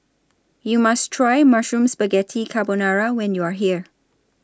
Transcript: YOU must Try Mushroom Spaghetti Carbonara when YOU Are here